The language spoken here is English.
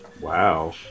Wow